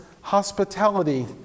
hospitality